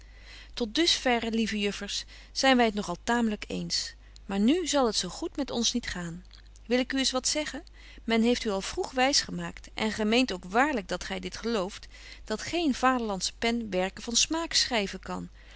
dus verre lieve juffers zyn wy het nog al taamlyk eens maar nu zal het zo goed met ons niet gaan wil ik u eens wat zeggen men heeft u al vroeg wys gemaakt en gy meent ook waarlyk dat gy dit gelooft dat geen vaderlandsche pen werken van smaak schryven kan